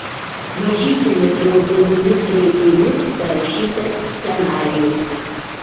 mažytėmis raudonomis raidėmis parašyta scenarijus